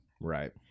right